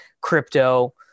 crypto